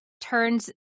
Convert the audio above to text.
turns